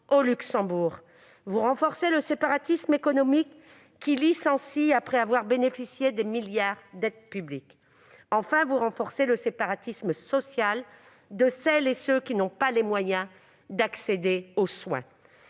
au Luxembourg. Vous renforcez aussi le séparatisme économique qui licencie après avoir bénéficié de milliards d'aides publiques. Enfin, vous renforcez le séparatisme social de celles et ceux qui n'ont pas les moyens d'accéder aux soins.